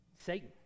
Satan